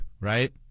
right